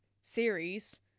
series